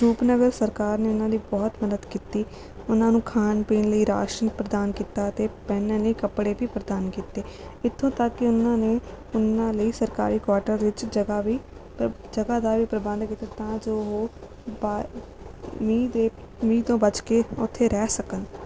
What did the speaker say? ਰੂਪਨਗਰ ਸਰਕਾਰ ਨੇ ਉਨ੍ਹਾਂ ਦੀ ਬਹੁਤ ਮਦਦ ਕੀਤੀ ਉਨ੍ਹਾਂ ਨੂੰ ਖਾਣ ਪੀਣ ਲਈ ਰਾਸ਼ਨ ਪ੍ਰਦਾਨ ਕੀਤਾ ਅਤੇ ਪਹਿਨਣ ਲਈ ਕੱਪੜੇ ਵੀ ਪ੍ਰਦਾਨ ਕੀਤੇ ਇੱਥੋਂ ਤੱਕ ਕਿ ਉਨ੍ਹਾਂ ਨੇ ਉਨ੍ਹਾਂ ਲਈ ਸਰਕਾਰੀ ਕੁਆਰਟਰ ਵਿੱਚ ਜਗ੍ਹਾ ਵੀ ਜਗ੍ਹਾ ਦਾ ਵੀ ਪ੍ਰਬੰਧ ਕੀਤਾ ਤਾਂਂ ਜੋ ਉਹ ਮੀਂਹ ਦੇ ਮੀਂਹ ਤੋਂ ਬੱਚ ਕੇ ਉੱਥੇ ਰਹਿ ਸਕਣ